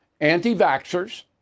anti-vaxxers